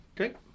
Okay